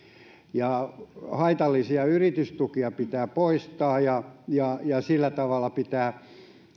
ja haitallisia yritystukia pitää poistaa ja ja sillä tavalla pitää